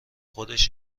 خودش